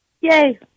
Yay